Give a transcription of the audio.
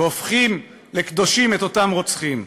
הופכים לקדושים את אותם רוצחים.